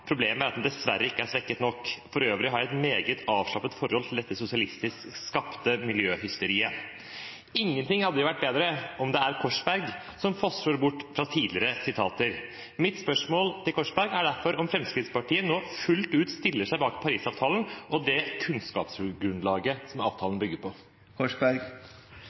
nok». Og: «For øvrig har jeg et meget avslappet forhold til det sosialistisk skapte miljøhysteriet». Ingenting hadde vært bedre enn om at det er Korsberg som fossror bort fra tidligere uttalelser. Mitt spørsmål til Korsberg er derfor om Fremskrittspartiet nå fullt ut stiller seg bak Paris-avtalen og det kunnskapsgrunnlaget som avtalen bygger på.